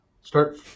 Start